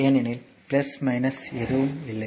ஏனெனில் இது எதுவும் இல்லை